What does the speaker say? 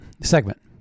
segment